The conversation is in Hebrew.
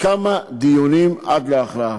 כמה דיונים עד להכרעה.